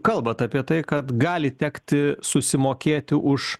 kalbat apie tai kad gali tekti susimokėti už